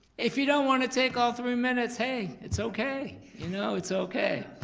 if you don't wanna take all three minutes, hey, it's okay. you know it's okay.